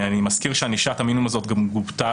אני מזכיר שענישת המינימום הזאת גם גובתה